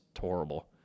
horrible